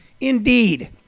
Indeed